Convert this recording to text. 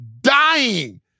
dying